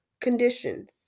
conditions